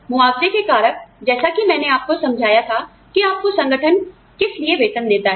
मुआवज़े के कारक जैसा कि मैंने आपको समझाया था कि आपको संगठन किस लिए वेतन देता है